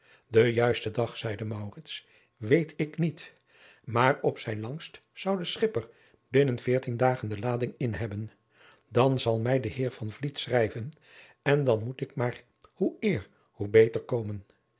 den juisten dag zeide maurits weet ik niet maar op zijn langst zou de schipper binnen veertien dagen de lading in hebben dan zal mij de heer van vliet schrijven en dan moet ik maar hoe eer hoe beter komen